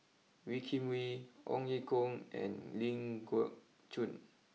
Wee Kim Wee Ong Ye Kung and Ling Geok Choon